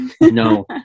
No